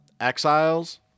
Exiles